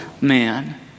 man